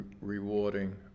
rewarding